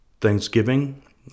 Thanksgiving